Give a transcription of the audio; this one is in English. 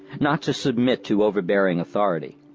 not to submit to overbearing authority.